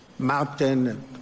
mountain